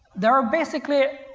there are basically,